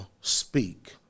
speak